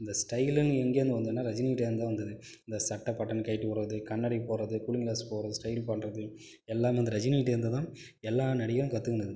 இந்த ஸ்டைலுனு எங்கேயிருந்து வந்துதுன்னா ரஜினிகிட்டேயிருந்து தான் வந்துது இந்த சட்டை பட்டன் கழட்டி விடுறது கண்ணாடி போடுறது கூலிங் கிளாஸ் போடுறது ஸ்டைல் பண்ணுறது எல்லாம் இந்த ரஜினிகிட்டேயிருந்து தான் எல்லா நடிகரும் கத்துக்கின்னது